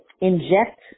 inject